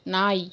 நாய்